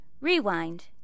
Rewind